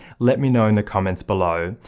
let me know in the comments below.